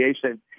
creation